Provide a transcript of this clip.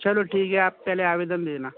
चलाे ठीक है आप पहेल आवेदन दे देना